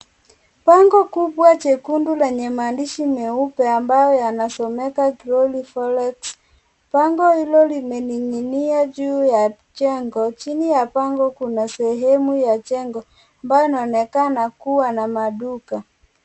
Bango kubwa jekundu lenye maandishi meupe ambayo yanasomeka (cs)chlorex(CS)bango hilo limening'inia juu ya jengo chini ya bango kuna sehemu ya jengo ambayo inaonekana kuwa na maduka.